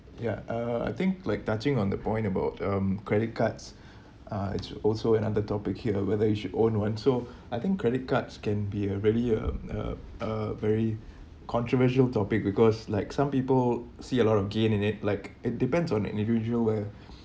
ya uh I think like touching on the point about um credit cards uh it's also another topic here whether you should own one so I think credit cards can be a really uh uh a very controversial topic because like some people see a lot of gain in it like it depends on the individual where